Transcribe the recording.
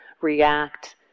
react